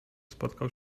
spotkał